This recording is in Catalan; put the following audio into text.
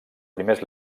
primers